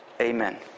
amen